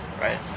right